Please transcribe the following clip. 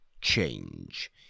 change